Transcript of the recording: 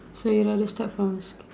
so you rather start from